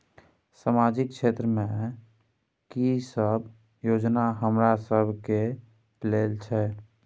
सामाजिक क्षेत्र में की सब योजना हमरा सब के लेल छै?